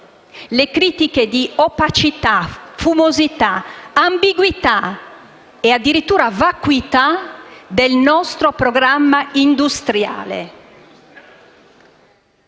le critiche di opacità, fumosità, ambiguità e addirittura vacuità del nostro programma industriale.